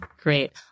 Great